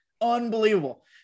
Unbelievable